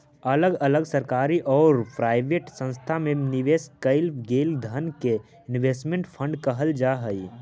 अलग अलग सरकारी औउर प्राइवेट संस्थान में निवेश कईल गेलई धन के इन्वेस्टमेंट फंड कहल जा हई